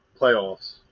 playoffs